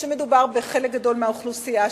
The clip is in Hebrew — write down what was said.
שמדובר בחלק גדול מהאוכלוסייה,